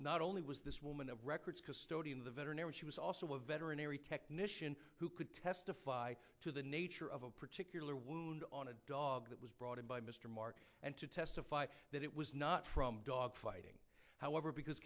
not only was this woman a records custodian of the veterinarian she was also a veteran every technician who could testify to the nature of a particular wound on a dog that was brought in by mr mark and to testify that it was not from dog fighting however because